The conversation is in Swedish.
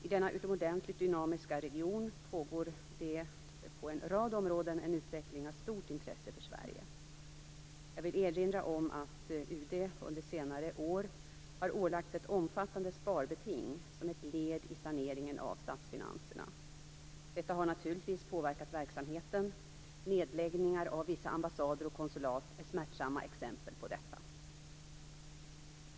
I denna utomordentligt dynamiska region pågår det på en rad områden en utveckling av stort intresse för Jag vill erinra om att UD under senare år har ålagts ett omfattande sparbeting, som ett led i saneringen av statsfinanserna. Detta har naturligtvis påverkat verksamheten. Nedläggningar av vissa ambassader och konsulat är smärtsamma exempel på detta.